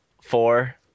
four